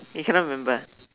you cannot remember